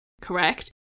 correct